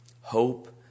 Hope